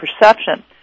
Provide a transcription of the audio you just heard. perception